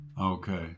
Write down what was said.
Okay